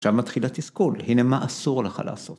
‫עכשיו מתחיל התסכול. ‫הנה מה אסור לך לעשות.